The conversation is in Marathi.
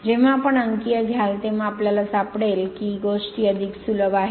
जेव्हा आपण अंकीय घ्याल तेव्हा आपल्याला सापडेल की गोष्टी अधिक सुलभ आहेत